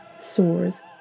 sores